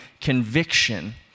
conviction